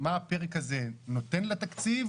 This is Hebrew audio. מה הפרק הזה נותן לתקציב,